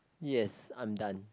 yes I'm done